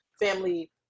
family